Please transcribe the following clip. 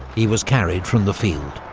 he was carried from the field.